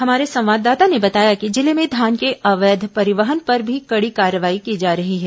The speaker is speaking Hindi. हमारे संवाददाता ने बताया कि जिले में धान के अवैध परिवहन पर भी कड़ी कार्रवाई की जा रही है